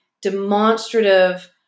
demonstrative